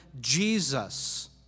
Jesus